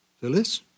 Phyllis